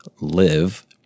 live